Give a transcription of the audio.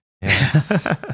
Yes